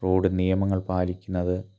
road നിയമങ്ങൾ പാലിക്കുന്നത്